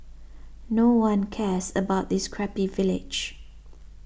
no one cares about this crappy village